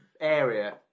area